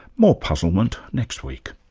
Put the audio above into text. more puzzlement next week